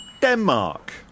Denmark